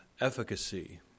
efficacy